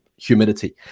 humidity